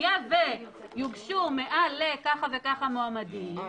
היה ויוגשו מעל לכך וכך מועמדים זה